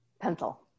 Pencil